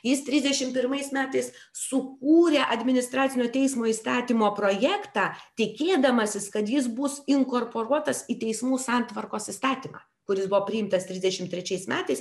jis trisdešim pirmais metais sukūrė administracinio teismo įstatymo projektą tikėdamasis kad jis bus inkorporuotas į teismų santvarkos įstatymą kuris buvo priimtas trisdešim trečiais metais